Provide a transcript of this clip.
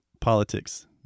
politics